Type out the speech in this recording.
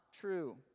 true